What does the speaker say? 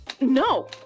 no